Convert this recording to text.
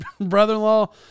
brother-in-law